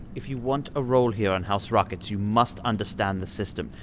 if you want a role here on house rockets you must understand the system.